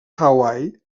hawaii